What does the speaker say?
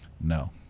no